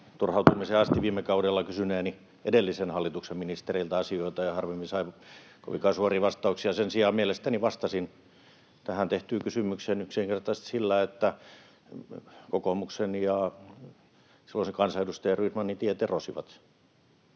turhautumiseen asti viime kaudella kysyneeni edellisen hallituksen ministereiltä asioita, ja harvemmin sain kovinkaan suoria vastauksia. Sen sijaan mielestäni vastasin tähän tehtyyn kysymykseen yksinkertaisesti sillä, että kokoomuksen ja silloisen kansanedustaja Rydmanin tiet erosivat.